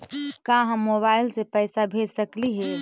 का हम मोबाईल से पैसा भेज सकली हे?